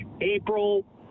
April